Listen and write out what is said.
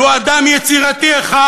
לו אדם יצירתי אחד.